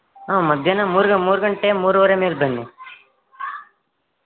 ಹಾಂ ಮಧ್ಯಾಹ್ನ ಮೂರು ಗಂಟೆ ಮೂರೂವರೆ ಮೇಲೆ ಬನ್ನಿ